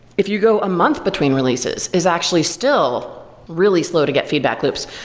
if you go a month between releases is actually still really slow to get feedback loops.